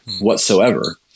whatsoever